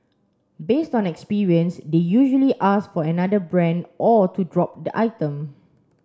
based on experience they usually ask for another brand or to drop the item